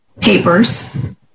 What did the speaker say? papers